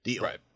Right